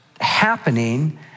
happening